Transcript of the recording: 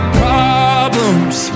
problems